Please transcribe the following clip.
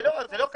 זה לא כלכלי.